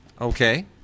Okay